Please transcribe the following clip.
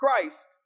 Christ